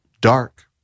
dark